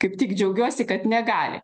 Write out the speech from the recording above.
kaip tik džiaugiuosi kad negali